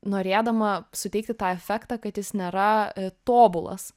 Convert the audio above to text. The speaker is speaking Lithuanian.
norėdama suteikti tą efektą kad jis nėra tobulas